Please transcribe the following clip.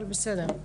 אבל בסדר,